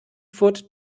foot